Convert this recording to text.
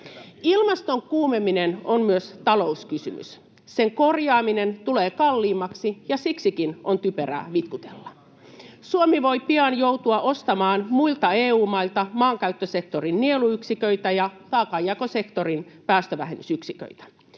Ilmaston kuumeneminen on myös talouskysymys. Sen korjaaminen tulee kalliimmaksi, ja siksikin on typerää vitkutella. [Juho Eerola: Eikö ole tarpeeksi lunta!] Suomi voi pian joutua ostamaan muilta EU-mailta maankäyttösektorin nieluyksiköitä ja taakanjakosektorin päästövähennysyksiköitä